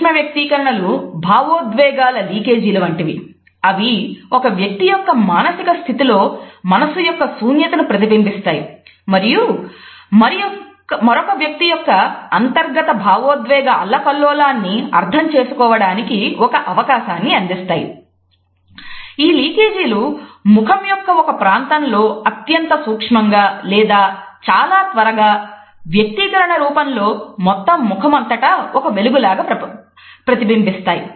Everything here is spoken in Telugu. సూక్ష వ్యక్తీకరణలు భావోద్వేగాల లీకేజీలు ముఖం యొక్క ఒక ప్రాంతంలో అత్యంత సూక్ష్మంగా లేదా చాలా త్వరగా వ్యక్తీకరణ రూపంలో మొత్తం ముఖం అంతటా ఒక వెలుగు లాగా ప్రతిబింబిస్తాయి